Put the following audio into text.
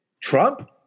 Trump